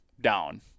Down